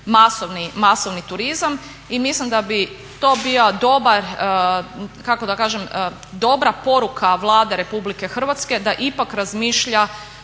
masovni turizam i mislim da bi to bila dobra poruka Vlade Republike Hrvatske da ipak razmišlja